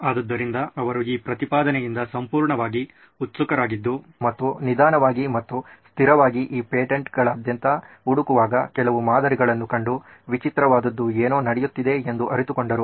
ಆದ್ದರಿಂದ ಅವರು ಈ ಪ್ರತಿಪಾದನೆಯಿಂದ ಸಂಪೂರ್ಣವಾಗಿ ಉತ್ಸುಕರಾಗಿದ್ದು ಮತ್ತು ನಿಧಾನವಾಗಿ ಮತ್ತು ಸ್ಥಿರವಾಗಿ ಈ ಪೇಟೆಂಟ್ಗಳಾದ್ಯಂತ ಹುಡುಕುವಾಗ ಕೆಲವು ಮಾದರಿಗಳನ್ನು ಕಂಡು ವಿಚಿತ್ರವಾದ್ದು ಏನೋ ನಡೆಯುತ್ತಿದೆ ಎಂದು ಅರಿತುಕೊಂಡರು